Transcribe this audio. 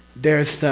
there's.